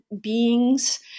beings